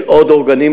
של עוד אורגנים,